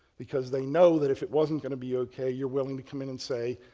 because they know that if it wasn't going to be ok you're willing to come in and say,